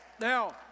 Now